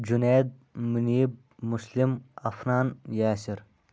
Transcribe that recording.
Junaid Muneeb Muslim Afnan Yasir